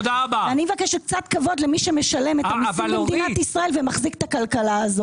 אני מבקשת קצת כבוד למי שמשלם את המיסים במדינת ישראל ומחזיק את הכלכלה.